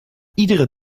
iedere